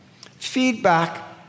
Feedback